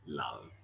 love